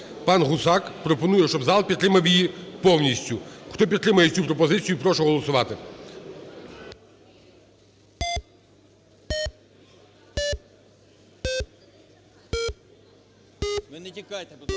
Пан Гусак пропонує, щоб зал підтримав її повністю. Хто підтримує цю пропозицію, прошу голосувати. 11:15:27 За-75